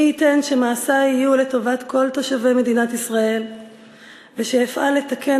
מי ייתן שמעשי יהיו לטובת של כל תושבי מדינת ישראל ושאפעל לתקן